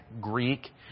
Greek